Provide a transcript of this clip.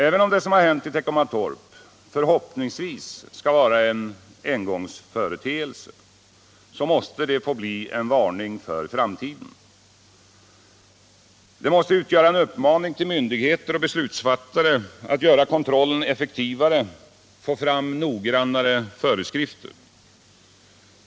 Även om det som hänt i Teckomatorp förhoppningsvis skall vara en engångsföreteelse, måste det få bli en varning för framtiden. Det måste utgöra en uppmaning till myndigheter och beslutsfattare att göra kontrollen effektivare och få fram noggrannare föreskrifter.